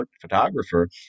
photographer